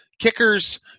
Kickers